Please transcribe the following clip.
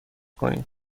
کنید